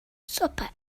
swper